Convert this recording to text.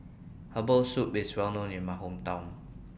Herbal Soup IS Well known in My Hometown